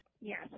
Yes